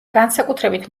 განსაკუთრებით